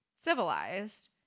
civilized